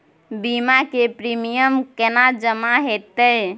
बीमा के प्रीमियम केना जमा हेते?